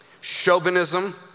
chauvinism